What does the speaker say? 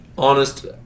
Honest